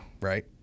Right